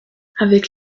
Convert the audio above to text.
avec